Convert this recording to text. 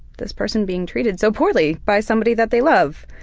this person being treated so poorly by somebody that they love?